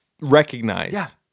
recognized